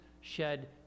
shed